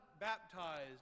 baptized